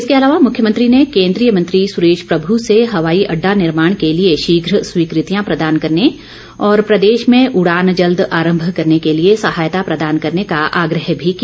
इसके अलावा मुख्यमंत्री ने केन्द्रीय मंत्री सुरेश प्रभु से हवाई अड्डा निर्माण के लिए शीघ्र स्वीकृतियां प्रदान करने और प्रदेश में उड़ान जल्द आरंभ करने के लिए सहायता प्रदान करने का आग्रह भी किया